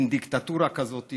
מין דיקטטורה כזאת,